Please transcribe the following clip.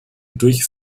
durch